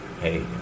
Hey